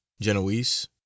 Genoese